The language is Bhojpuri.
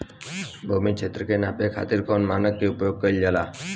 भूमि क्षेत्र के नापे खातिर कौन मानक के उपयोग कइल जाला?